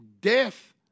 Death